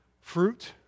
Fruit